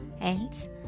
Else